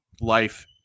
life